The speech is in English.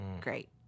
great